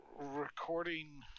recording